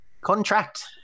contract